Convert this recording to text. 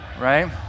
right